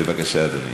בבקשה, אדוני